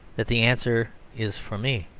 that the answer is for me.